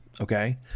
okay